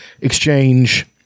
exchange